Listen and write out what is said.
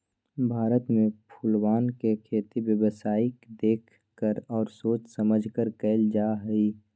भारत में फूलवन के खेती व्यावसायिक देख कर और सोच समझकर कइल जाहई